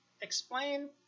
explain